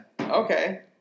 Okay